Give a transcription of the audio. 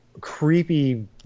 creepy